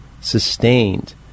sustained